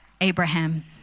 Abraham